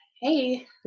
Hey